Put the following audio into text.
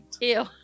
Ew